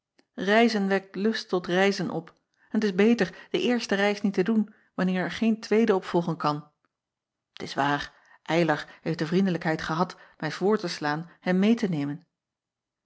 wekt lust tot reizen op en t is beter de eerste reis niet te doen wanneer er geen tweede op volgen kan t s waar ylar heeft de vriendelijkheid gehad mij voor te slaan hem meê te nemen